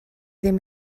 ddim